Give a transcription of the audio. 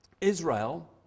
Israel